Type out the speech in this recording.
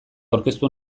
aurkeztu